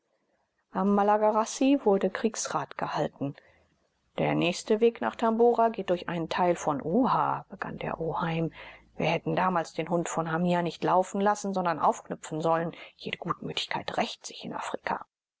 am malagarassi wurde kriegsrat gehalten der nächste weg nach tabora geht durch einen teil von uha begann der oheim wir hätten damals den hund von hamia nicht laufen lassen sondern aufknüpfen sollen jede gutmütigkeit rächt sich in afrika